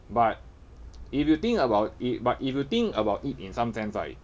but if you think about if but if you think about it in some sense right